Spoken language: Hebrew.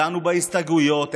דנו בהסתייגויות,